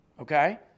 Okay